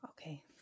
Okay